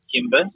Kimber